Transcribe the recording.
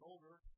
Older